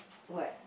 what